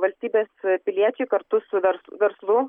valstybės piliečiai kartu su vers verslu